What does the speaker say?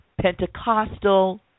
Pentecostal